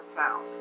found